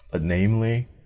namely